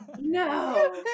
No